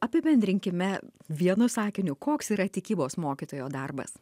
apibendrinkime vienu sakiniu koks yra tikybos mokytojo darbas